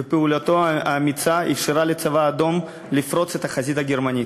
ופעולתו האמיצה אפשרה לצבא האדום לפרוץ את החזית הגרמנית.